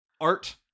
art